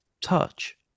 touch